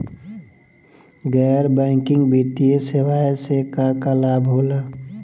गैर बैंकिंग वित्तीय सेवाएं से का का लाभ होला?